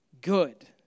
good